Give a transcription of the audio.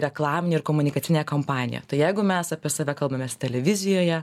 reklaminėj ir komunikacinėj kampanijoj tai jeigu mes apie save kalbamės televizijoje